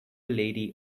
lady